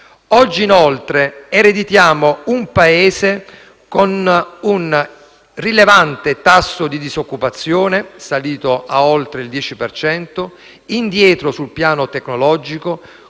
Oggi, inoltre, ereditiamo un Paese con un rilevante tasso di disoccupazione, salito a oltre il 10 per cento, indietro sul piano tecnologico,